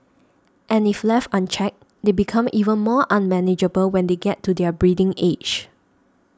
and if left unchecked they become even more unmanageable when they get to their breeding age